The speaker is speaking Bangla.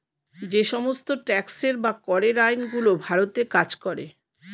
যে সমস্ত ট্যাক্সের বা করের আইন গুলো ভারতে কাজ করে